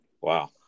wow